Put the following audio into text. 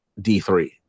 D3